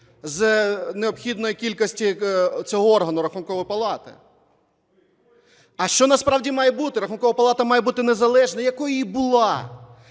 з необхідної кількості цього органу, Рахункової палати. А що насправді має бути? Рахункова палата має бути незалежна, якою і була.